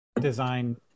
design